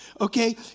Okay